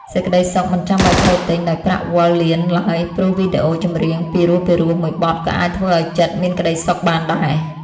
សេចក្តីសុខមិនចាំបាច់ត្រូវទិញដោយប្រាក់វាល់លានឡើយព្រោះវីដេអូចម្រៀងពីរោះៗមួយបទក៏អាចធ្វើឱ្យចិត្តមានក្ដីសុខបានដែរ។